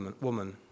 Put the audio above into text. woman